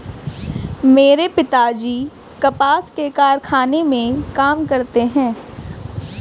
मेरे पिताजी कपास के कारखाने में काम करते हैं